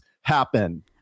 happen